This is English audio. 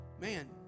man